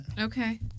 Okay